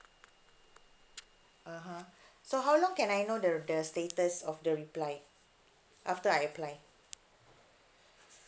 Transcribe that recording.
(uh huh) so how long can I know the the status of the reply after I apply